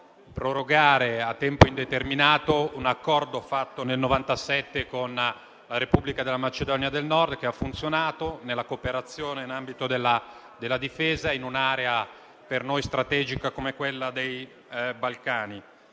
prorogare a tempo indeterminato un Accordo fatto nel 1997 con la Repubblica della Macedonia del Nord, che ha funzionato nella cooperazione in ambito della difesa in un'area per noi strategica, come quella dei Balcani.